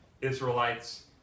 Israelites